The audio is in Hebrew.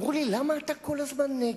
אמרו לי: למה אתה כל הזמן נגד?